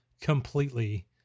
completely